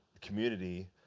community